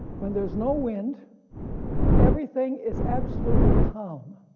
when there's no wind everything is absolutely calm